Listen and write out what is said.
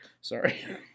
sorry